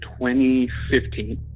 2015